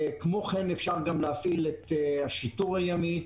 כמובן גם אפשר להפעיל את השיטור הימי.